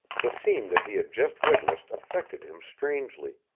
the scene that he had just witnessed affected him strangely